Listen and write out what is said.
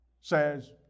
says